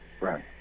right